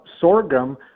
sorghum